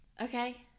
Okay